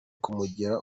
kumugira